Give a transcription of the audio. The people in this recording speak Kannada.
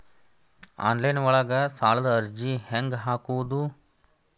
ಆನ್ಲೈನ್ ಒಳಗ ಸಾಲದ ಅರ್ಜಿ ಹೆಂಗ್ ಹಾಕುವುದು?